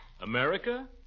America